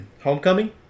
homecoming